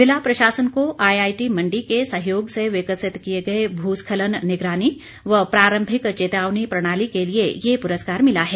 जिला प्रशासन को आई आई टी मंडी के सहयोग से विकसित किए गए भूस्खलन निगरानी व प्रारंभिक चेतावनी प्रणाली के लिए ये पुरस्कार मिला है